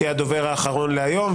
שיהיה הדובר האחרון להיום.